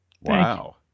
Wow